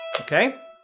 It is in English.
okay